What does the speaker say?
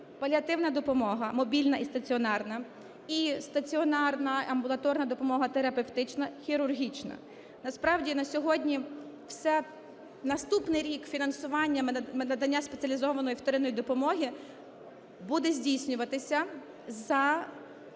паліативна допомога (мобільна і стаціонарна), і стаціонарна амбулаторна допомога (терапевтична, хірургічна). Насправді на сьогодні вся... наступний рік фінансування надання спеціалізованої вторинної допомоги буде здійснюватися за